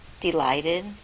delighted